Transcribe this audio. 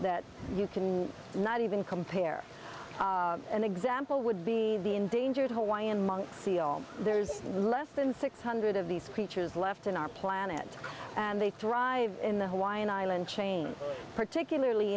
that you can not even compare an example would be the endangered hawaiian monk seal there's less than six hundred of these creatures left in our planet and they thrive in the hawaiian island chain particularly